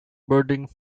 birding